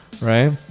right